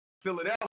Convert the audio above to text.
Philadelphia